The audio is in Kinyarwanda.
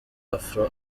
afro